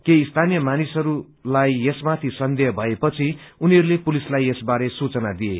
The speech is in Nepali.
केही स्थानिय मानिसहरूलाई यस माथि सन्देह भएपछि उनीहरूले पुलिसलाई यसबारे सूचना दिए